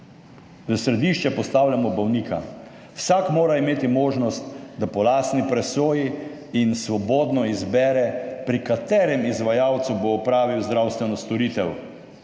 V središče postavljamo bolnika. Vsak mora imeti možnost, da po lastni presoji in svobodno izbere, pri katerem izvajalcu bo opravil zdravstveno storitev.